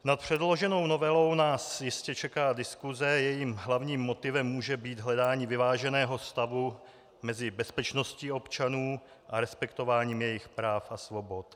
Nad předloženou novelou nás jistě čeká diskuse, jejímž hlavním motivem může být hledání vyváženého stavu mezi bezpečností občanů a respektováním jejich práv a svobod.